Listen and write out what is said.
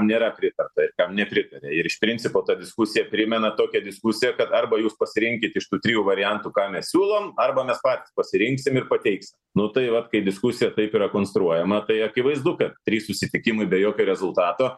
nėra pritarta ir tam nepritarė ir iš principo ta diskusija primena tokią diskusiją kad arba jūs pasirinkit iš tų trijų variantų ką mes siūlom arba mes patys pasirinksim ir pateiksim nu tai vat kai diskusija taip yra konstruojama tai akivaizdu kad trys susitikimai be jokio rezultato